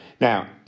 Now